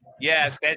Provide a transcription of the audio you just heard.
Yes